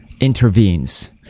intervenes